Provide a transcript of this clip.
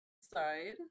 side